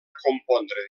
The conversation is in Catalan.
compondre